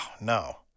no